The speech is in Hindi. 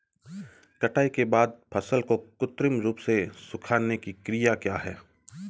कटाई के बाद फसल को कृत्रिम रूप से सुखाने की क्रिया क्या है?